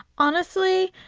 honestly,